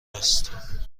است